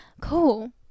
Cool